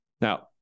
Now